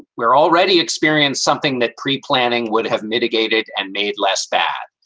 we're already experienced something that pre-planning would have mitigated and made less bad.